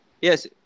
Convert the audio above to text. Yes